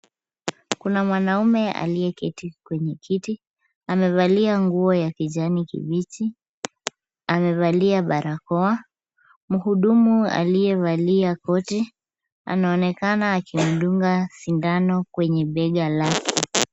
Kuna mwanaume aliyeketi kwenye kiti, amevalia nguo ya kijani kibichi, amevalia barakoa. Mhudumu aliyevalia koti anaonekana akimdunga sindano kwenye bega lake.